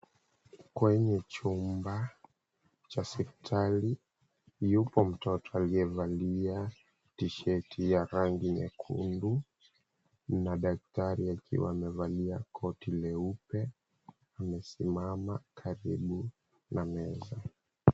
Kwenye chumba cha hospitali, yupo mtoto aliyevalia tisheti ya rangi nyekundu, na daktari akiwa amevalia koti leupe. Amesimama karibu na meza.